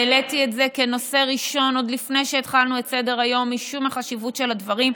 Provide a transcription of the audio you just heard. זה כנושא ראשון עוד לפני שהתחלנו את סדר-היום משום החשיבות של הדברים.